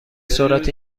سرعت